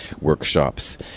workshops